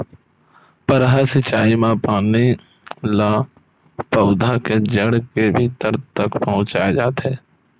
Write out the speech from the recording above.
फव्हारा सिचई म पानी ल पउधा के जड़ के भीतरी तक पहुचाए जाथे